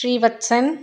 Srivatsan